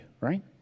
right